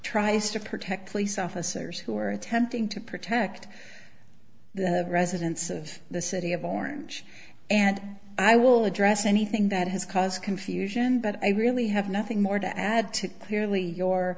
tries to protect police officers who are attempting to protect residents of the city of orange and i will address anything that has caused confusion but i really have nothing more to add to here leigh your